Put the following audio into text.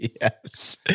Yes